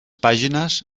pàgines